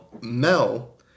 Mel